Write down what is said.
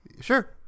Sure